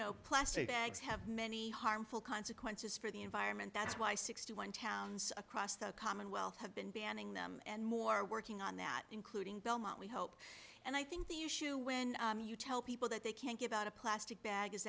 know plastic bags have many harmful consequences for the environment that's why sixty one towns across the commonwealth have been banning them and more working on that including belmont we hope and i think the issue when you tell people that they can't give out a plastic bag is